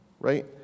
right